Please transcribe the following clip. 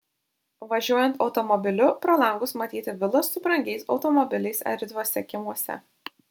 važiuojant automobiliu pro langus matyti vilos su brangiais automobiliais erdviuose kiemuose